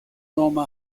loma